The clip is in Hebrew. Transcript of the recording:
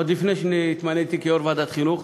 עוד לפני שהתמניתי ליושב-ראש ועדת החינוך,